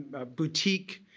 a boutique,